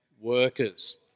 workers